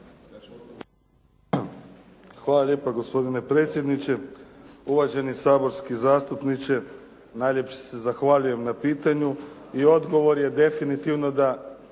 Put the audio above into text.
Hvala lijepa. Gospodine predsjedniče. Uvaženi saborski zastupniče, najljepše se zahvaljujem na pitanju. I odgovor je definitivno da